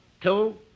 two